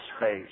space